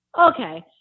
okay